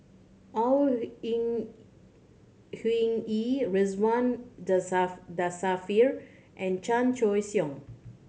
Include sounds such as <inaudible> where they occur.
Au <unintelligible> Hing Yee Ridzwan <unintelligible> Dzafir and Chan Choy Siong